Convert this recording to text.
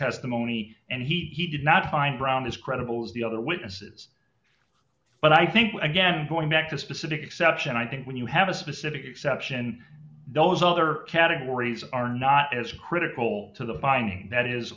testimony and he did not find brown as credible as the other witnesses but i think again going back to specific exception i think when you have a specific exception those other categories are not as critical to the binding that is